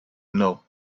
know